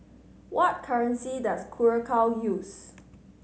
what currency does Curacao use